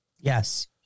Yes